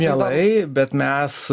mielai bet mes